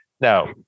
Now